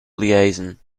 liaison